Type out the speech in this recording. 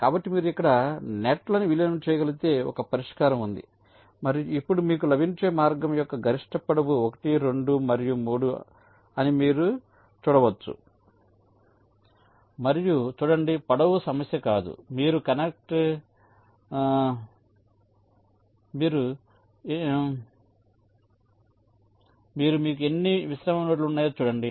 కాబట్టి మీరు ఇక్కడ అన్ని నెట్ లను విలీనం చేయగలిగే ఒక పరిష్కారం ఉంది మరియు ఇప్పుడు మీకు లభించే మార్గం యొక్క గరిష్ట పొడవు 1 2 మరియు 3 అని మీరు చూడవచ్చు మరియు చూడండి పొడవు సమస్య కాదు మీరు మీకు ఎన్ని మిశ్రమ నోడ్లు ఉన్నాయో చూడండి